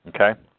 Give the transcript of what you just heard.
okay